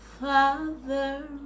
Father